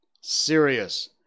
Serious